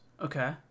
Okay